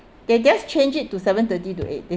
they just change it to seven thirty to eight they